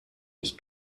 ich